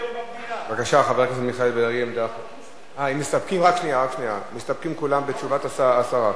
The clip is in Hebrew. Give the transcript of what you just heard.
אם כולם מסתפקים בתשובת השרה,